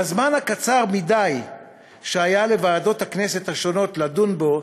בזמן הקצר מדי שהיה לוועדות הכנסת השונות לדון בו,